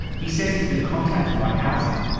he says he's been contacted by housing.